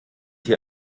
hier